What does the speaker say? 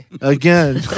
Again